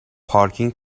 پارکینگ